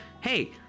hey